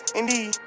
indeed